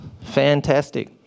fantastic